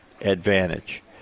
advantage